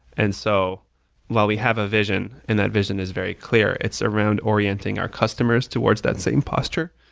and so while we have a vision, and that vision is very clear, it's around orienting our customers towards that same posture.